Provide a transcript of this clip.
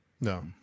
no